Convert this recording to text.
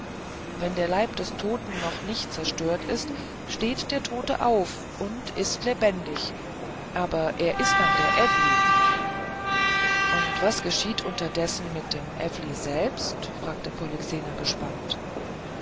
wenn der leib des toten noch nicht zerstört ist steht der tote auf und ist lebendig aber er ist dann der ewli und was geschieht unterdessen mit dem ewli selbst fragte polyxena gespannt